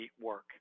work